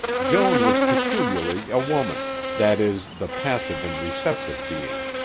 joan was peculiarly a woman that is, the passive and receptive being.